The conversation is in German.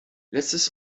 letztes